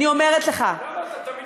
אני אומרת לך, למה אתה תמיד שלילי?